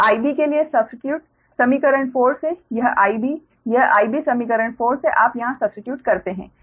अब 𝑰𝑩 के लिए सब्स्टीट्यूट समीकरण 4 से यह 𝑰𝑩 यह 𝑰𝑩 समीकरण 4 से आप यहां सब्स्टीट्यूट करते हैं